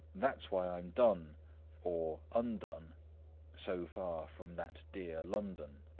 that's why i'm done or undone so far from that dear london.